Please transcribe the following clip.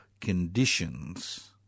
conditions